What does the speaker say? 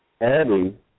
adding